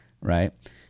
right